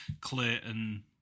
Clayton